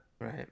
Right